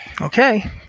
okay